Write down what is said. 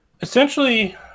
Essentially